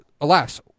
alas